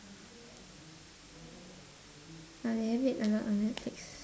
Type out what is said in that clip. uh they have it or not on netflix right